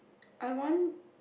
I want